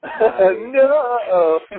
No